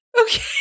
okay